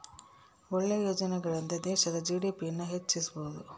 ಒಳ್ಳೆ ಯೋಜನೆಗಳಿಂದ ದೇಶದ ಜಿ.ಡಿ.ಪಿ ನ ಹೆಚ್ಚಿಸ್ಬೋದು